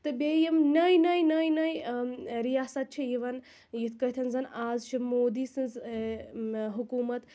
تہٕ بیٚیہِ یِم نٔے نٔے نٔے نٔے نٔے رِیاسَت چھِ یِوان یِتھٕ کٲٹھۍ زَن اَز چھِ مودی سٕنٛز حکوٗمت